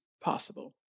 possible